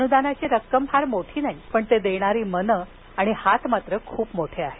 अनुदानाची रक्कम फार मोठी नाही पण ते देणारी मनं आणि हात खूप मोठे आहेत